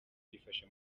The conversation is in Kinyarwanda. byifashe